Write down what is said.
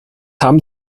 haben